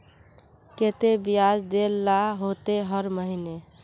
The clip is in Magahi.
केते बियाज देल ला होते हर महीने?